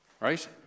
right